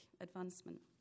advancement